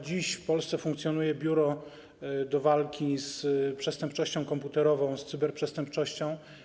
Dziś w Polsce funkcjonuje biuro do walki z przestępczością komputerową, z cyberprzestępczością.